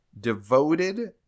devoted